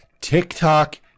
tiktok